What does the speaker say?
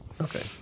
Okay